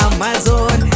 Amazon